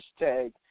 hashtag